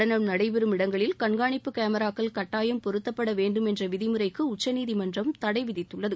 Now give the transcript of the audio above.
நடனம் நடைபெறும் இடங்களில் கண்கானிப்பு கேமராக்கள் கட்டாயம் பொருத்தப்பட வேண்டும் என்ற விதிமுறைக்கு உச்சநீதிமன்றம் தடை விதித்துள்ளது